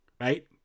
right